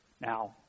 Now